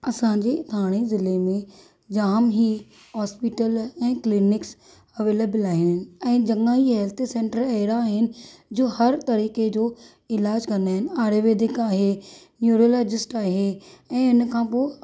असांजे ठाणे ज़िले में जाम ई हॅास्पीटल ऐं क्लिनिक्स अवेलेबल आहिनि ऐं चङा ई हेल्थ सेंटर अहिड़ा आहिनि जो हर तरीक़े जो इलाजु कंदा आहिनि आयुर्वेदिक आहे न्युरोलॉजिस्ट आहे ऐं इन खां पोइ